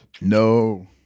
No